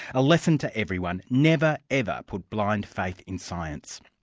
a lesson to everyone never, ever, put blind faith in science.